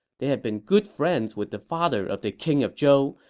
they had been good friends with the father of the king of zhou,